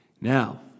Now